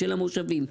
של המושבים.